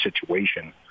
situation